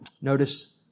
Notice